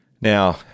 Now